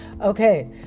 okay